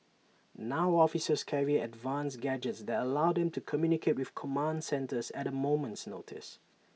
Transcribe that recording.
now officers carry advanced gadgets that allow them to communicate with command centres at A moment's notice